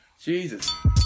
Jesus